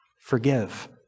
forgive